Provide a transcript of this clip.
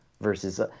versus